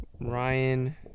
Ryan